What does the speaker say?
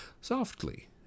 softly